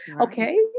Okay